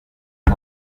les